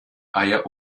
eier